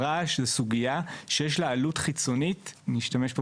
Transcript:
הרעש זו סוגיה שיש לה "עלות חיצונית" אני משתמש פה